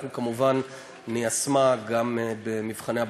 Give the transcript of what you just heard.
אנחנו כמובן ניישמה גם במבחני הבגרות.